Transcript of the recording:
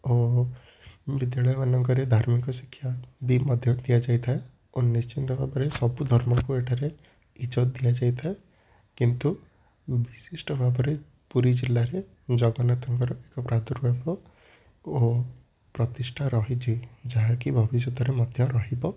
ଓ ଯେତେବେଳେ ଏମାନଙ୍କରେ ଧାର୍ମିକ ଶିକ୍ଷା ବି ମଧ୍ୟ ଦିଆଯାଇଥାଏ ଓ ନିଶ୍ଚିତ ଭାବରେ ସବୁ ଧର୍ମକୁ ଏଠାରେ ଇଜ୍ଜତ ଦିଆଯାଇଥାଏ କିନ୍ତୁ ବିଶିଷ୍ଟ ଭାବରେ ପୁରୀ ଜିଲ୍ଲାରେ ଜଗନ୍ନାଥଙ୍କର ଏକ ଭାତୃଭାବ ଓ ପ୍ରତିଷ୍ଠା ରହିଛି ଯାହାକି ଭବିଷ୍ୟତରେ ମଧ୍ୟ ରହିବ